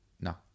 No